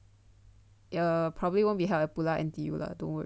err probably won't be held at pulau N_T_U lah don't worry